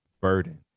burden